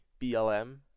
BLM